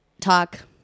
talk